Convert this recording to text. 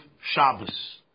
Shabbos